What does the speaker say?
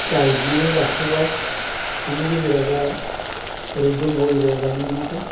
गायनानै जाथ'बाय बिनि गेजेराव दा हरै दंग' एरिया गायनो मोनाखै